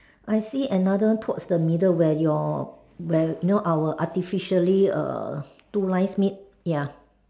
I see another towards the middle where your where you know our artificially err two lines meet ya